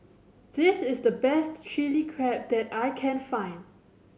this is the best Chilli Crab that I can find